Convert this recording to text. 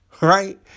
Right